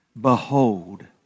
Behold